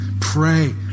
pray